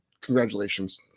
Congratulations